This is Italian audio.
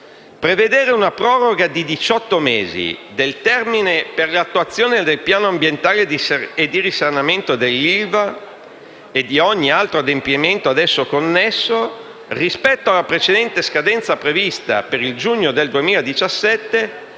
Prevedere una proroga di 18 mesi del termine per l'attuazione del Piano ambientale e di risanamento dell'ILVA e di ogni altro adempimento ad esso connesso, rispetto alla precedente scadenza prevista per giugno 2017,